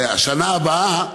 והשנה הבאה,